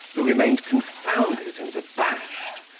who remained confounded and abashed,